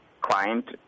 client